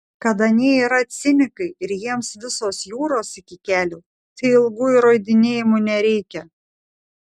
kad anie yra cinikai ir jiems visos jūros iki kelių tai ilgų įrodinėjimų nereikia